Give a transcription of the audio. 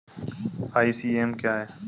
ECS क्या है?